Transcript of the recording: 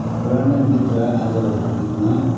पुरानो गीत र आज भोलीको गीतमा